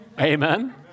Amen